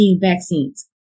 vaccines